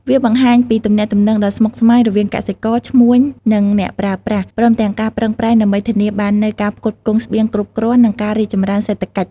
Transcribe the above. វាបង្ហាញពីទំនាក់ទំនងដ៏ស្មុគស្មាញរវាងកសិករ ឈ្មួញ និងអ្នកប្រើប្រាស់ ព្រមទាំងការប្រឹងប្រែងដើម្បីធានាបាននូវការផ្គត់ផ្គង់ស្បៀងគ្រប់គ្រាន់ និងការរីកចម្រើនសេដ្ឋកិច្ច។